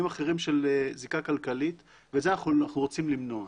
אחרים של זיקה כלכלית וזה אנחנו רוצים למנוע.